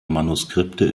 manuskripte